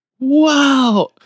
Wow